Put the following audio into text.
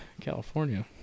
california